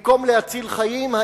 במקום להציל חיים,